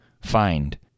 find